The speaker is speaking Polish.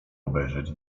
obejrzeć